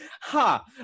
Ha